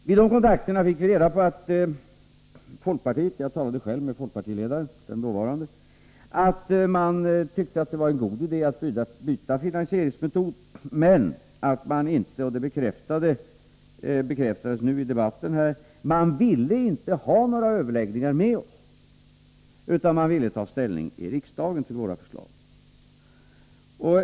Vid de kontakterna fick vi reda på att folkpartiet — jag talade själv med dåvarande folkpartiledaren — tyckte att det var en god idé att byta finansieringsmetod, men att man inte — och det bekräftades nu i debatten här —- ville ha några överläggningar med oss, utan man ville ta ställning i riksdagen till våra förslag.